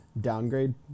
downgrade